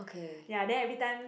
ya then every time